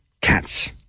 cats